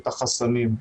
את החסמים,